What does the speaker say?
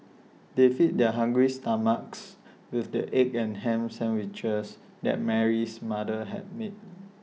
they feed their hungry stomachs with the egg and Ham Sandwiches that Mary's mother had made